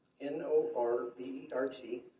N-O-R-B-E-R-T